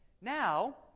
Now